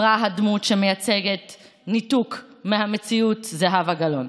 אמרה הדמות שמייצגת ניתוק מהמציאות, זהבה גלאון.